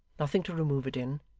nothing to remove it in,